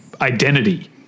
identity